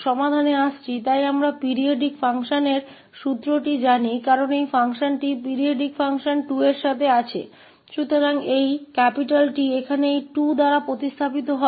समाधान पर आते हैं इसलिए हम आवधिक कार्य के लिए सूत्र के बारे में जानते हैं क्योंकि यह फ़ंक्शन 2 अवधि के साथ आवधिक कार्य है